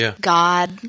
god